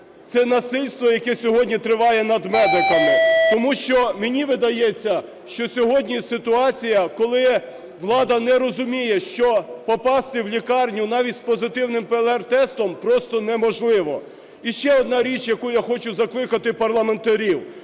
це насильство, яке сьогодні триває над медиками. Тому що мені видається, що сьогодні ситуація, коли влада не розуміє, що попасти в лікарню, навіть з позитивним ПЛР-тестом, просто неможливо. Іще одна річ, яку я хочу закликати парламентарів.